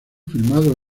filmado